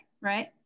right